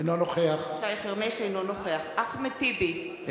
אינו נוכח אחמד טיבי,